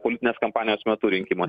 politinės kampanijos metu rinkimuos